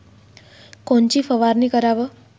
कोनची फवारणी कराव?